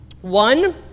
One